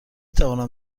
توانم